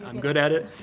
um good at it.